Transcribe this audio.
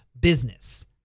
business